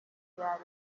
byoroshye